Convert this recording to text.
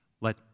Let